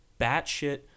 batshit